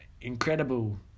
incredible